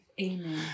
Amen